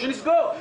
או שנסגור.